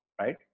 right